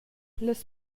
las